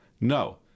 No